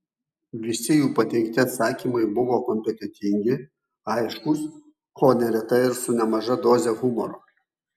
visi jų pateikti atsakymai buvo kompetentingi aiškūs o neretai ir su nemaža doze humoro